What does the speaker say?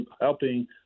helping